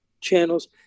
channels